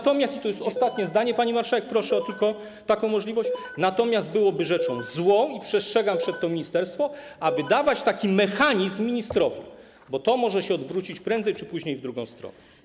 Natomiast - i to jest ostatnie zdanie, pani marszałek, proszę o tylko taką możliwość - byłoby rzeczą złą, i przestrzegam przed tym ministerstwo, aby dawać taki mechanizm ministrowi, bo to może się odwrócić prędzej czy później w drugą stronę.